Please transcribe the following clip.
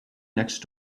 next